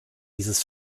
dieses